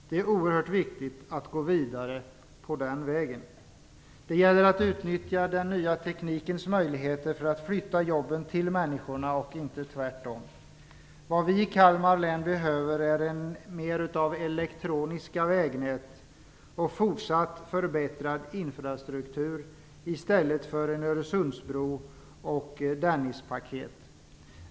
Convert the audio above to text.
Det är oerhört viktigt att gå vidare på den vägen. Det gäller att utnyttja den nya teknikens möjligheter för att flytta jobben till människorna och inte tvärtom. Vad vi i Kalmar län behöver är mer av elektroniska vägnät och fortsatt förbättrad infrastruktur istället för en Öresundsbro och Dennispaket.